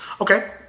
Okay